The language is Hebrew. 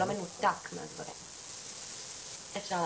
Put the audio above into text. יש לנו